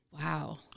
Wow